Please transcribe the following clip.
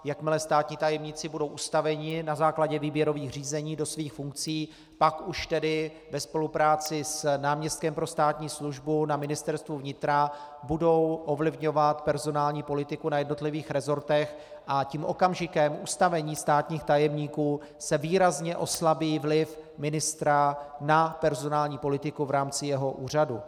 Jakmile státní tajemníci budou ustaveni na základě výběrových řízení do svých funkcí, pak už tedy ve spolupráci s náměstkem pro státní službu na Ministerstvu vnitra budou ovlivňovat personální politiku na jednotlivých resortech a tím okamžikem ustavení státních tajemníků se výrazně oslabí vliv ministra na personální politiku v rámci jeho úřadu.